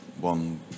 One